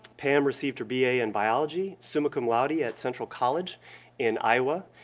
pam received her b a. in biology summa cum laude yeah at central college in iowa.